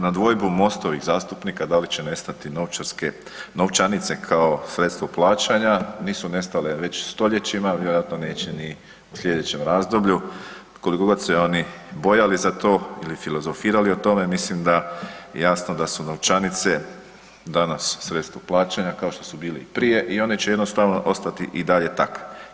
Na dvojbu MOST-ovih zastupnika da li će nestati novčarske, novčanice kao sredstvo plaćanja, nisu nestale već stoljećima vjerojatno neće ni u slijedećem razdoblju koliko god se oni bojali za to ili filozofirali o tome mislim da je jasno da su novčanice danas sredstvo plaćanja kao što su bile i prije i one će jednostavno ostati i dalje takve.